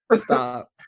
Stop